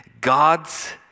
God's